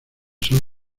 son